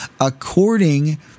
according